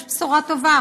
יש בשורה טובה: